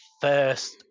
first